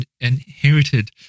inherited